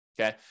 okay